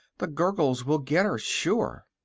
the gurgles will get her, sure!